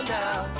now